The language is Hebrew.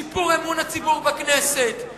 שיפור אמון הציבור בכנסת,